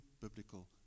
biblical